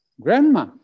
grandma